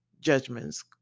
judgments